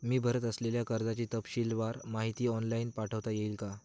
मी भरत असलेल्या कर्जाची तपशीलवार माहिती ऑनलाइन पाठवता येईल का?